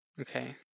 Okay